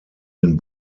den